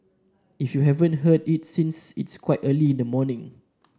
if you haven't heard it since it's quite early in the morning